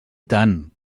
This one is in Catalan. tant